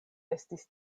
estis